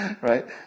Right